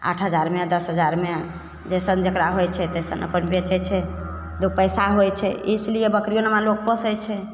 आठ हजारमे दस हजारमे जइसन जकरा होइ छै तइसन अपन बेचै छै दुइ पइसा होइ छै इसीलिए बकरी नेमना लोक पोसै छै